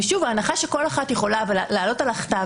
ההנחה שכל אחת יכולה להעלות על הכתב